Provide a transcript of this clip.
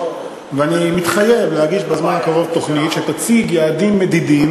ואני מתחייב להגיש בזמן הקרוב תוכנית שתציג יעדים מדידים,